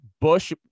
bush